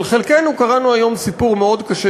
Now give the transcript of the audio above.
אבל חלקנו קראנו היום סיפור מאוד קשה,